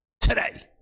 Today